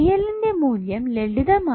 ന്റെ മൂല്യം ലളിതമായി